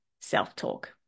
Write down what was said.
self-talk